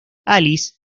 alice